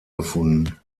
gefunden